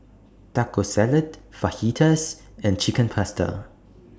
Taco Salad Fajitas and Chicken Pasta